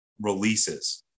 releases